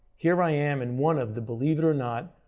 here i am in one of the, believe it or not,